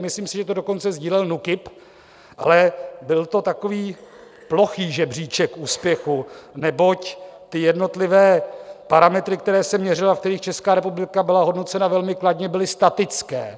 Myslím si, že to dokonce sdílel NÚKIB, ale byl to takový plochý žebříček úspěchu, neboť jednotlivé parametry, které se měřily a v kterých Česká republika byla hodnocena velmi kladně, byly statické.